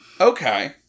Okay